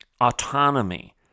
autonomy